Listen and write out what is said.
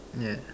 yeah